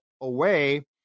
away